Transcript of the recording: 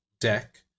deck